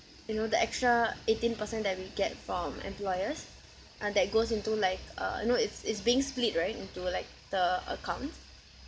you know the extra eighteen percent that we get from employers uh that goes into like uh know it's it's being split right into like the accounts